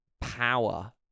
power